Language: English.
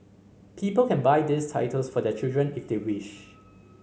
people can buy these titles for their children if they wish